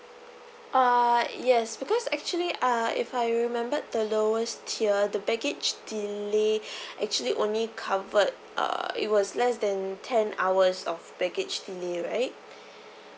uh yes because actually uh if I remembered the lowest tier the baggage delay actually only covered uh it was less than ten hours of baggage delay right